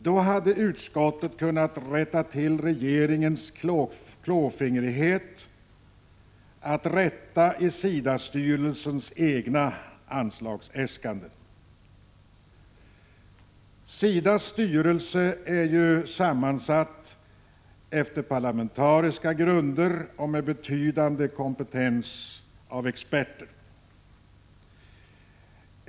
Då hade utskottet kunnat rätta till regeringens klåfingrighet att ändra i SIDA-styrelsens eniga anslagsäskande. SIDA:s styrelse är sammansatt enligt parlamentariska grunder och har med sina experter en betydande kompetens.